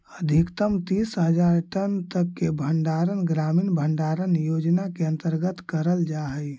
अधिकतम तीस हज़ार टन तक के भंडारण ग्रामीण भंडारण योजना के अंतर्गत करल जा हई